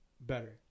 better